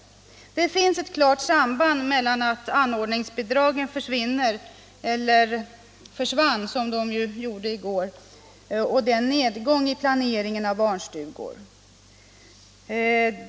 Det finns ett klart samband mellan att anordningsbidragen försvinner, eller försvann som de gjorde i går, och denna nedgång i planeringen av barnstugor.